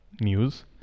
news